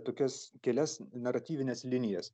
tokias kelias naratyvines linijas